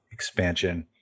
expansion